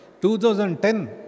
2010